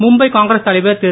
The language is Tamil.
மும்பை காங்கிரஸ் தலைவர் திரு